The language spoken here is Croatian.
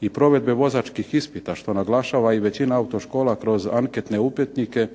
i provedbe vozačkih ispita što naglašava i većina autoškola kroz anketne upitnike